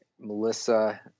Melissa